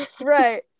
right